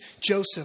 Joseph